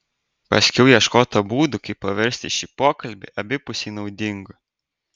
paskiau ieškota būdų kaip paversti šį pokalbį abipusiai naudingu